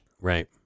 right